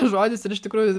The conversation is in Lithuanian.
žodis ir iš tikrųjų